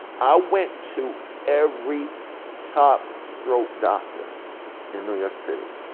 i went to every top throat doctor in new york city.